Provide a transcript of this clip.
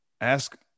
ask